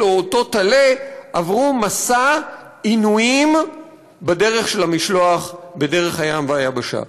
או אותו טלה עברו מסע עינויים במשלוח בדרך הים או היבשה.